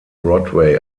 broadway